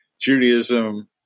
Judaism